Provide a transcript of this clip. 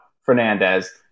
Fernandez